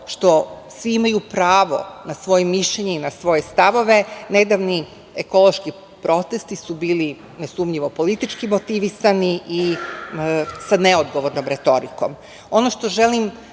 što svi imaju pravo na svoje mišljenje i na svoje stavove, nedavni ekološki protesti su bili nesumnjivo politički motivisani i sa neodgovornom retorikom. Ono